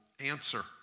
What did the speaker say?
answer